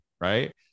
Right